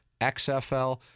XFL